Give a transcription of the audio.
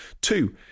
Two